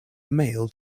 mail